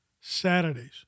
Saturdays